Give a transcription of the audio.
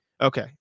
Okay